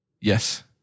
Yes